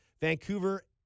Vancouver